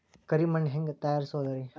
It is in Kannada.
ಕರಿ ಮಣ್ ಹೆಂಗ್ ತಯಾರಸೋದರಿ?